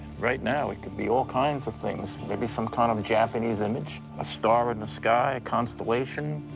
right now it could be all kinds of things. maybe some kind of japanese image? a star in the sky, a constellation?